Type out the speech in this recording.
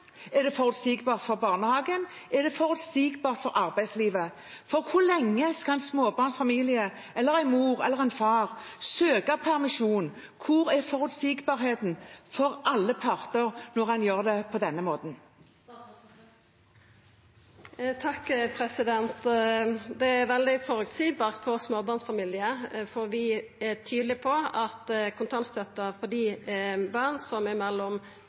Er det forutsigbart for barnehagen? Er det forutsigbart for arbeidslivet? Hvor lenge skal en småbarnsfamilie – en mor eller en far – søke permisjon? Hvor er forutsigbarheten for alle parter, når man gjør det på denne måten? Det er veldig føreseieleg for småbarnsfamiliar, for vi er tydelege på at kontantstøtta for barna som er mellom